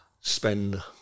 spend